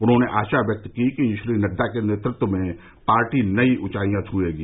उन्होंने आशा व्यक्त की कि श्री नड्डा के नेतृत्व में पार्टी नई ऊंचाई छुएगी